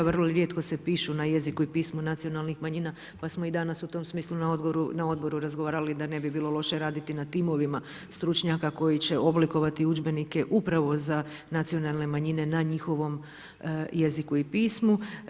Vrlo rijetko se pišu na jeziku pismu nacionalnih manjina pa smo i danas u tom smislu na odboru razgovarali da ne bi bilo loše raditi na timovima, stručnjaka koji će oblikovati udžbenike upravo za nacionalne manjine na njihovom jeziku i pismu.